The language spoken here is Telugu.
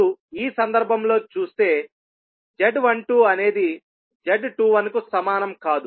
మీరు ఈ సందర్భంలో చూస్తే z12అనేది z21 కు సమానం కాదు